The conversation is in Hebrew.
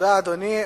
תודה, אדוני.